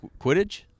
Quidditch